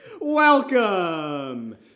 Welcome